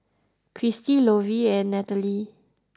Christi Lovie and Nataly